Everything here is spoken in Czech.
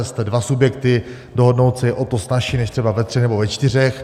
Jste dva subjekty, dohodnout se je o to snazší než třeba ve třech nebo ve čtyřech.